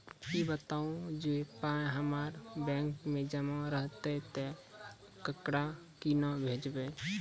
ई बताऊ जे पाय हमर बैंक मे जमा रहतै तऽ ककरो कूना भेजबै?